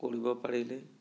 কৰিব পাৰিলে